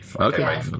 okay